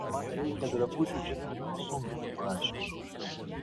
man reikia drabužių džentelmeno sūnui paaiškinau